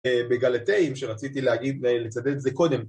בגלתיים שרצית להגיד ולצטט את זה קודם